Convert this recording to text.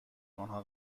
آنها